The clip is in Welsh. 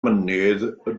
mynydd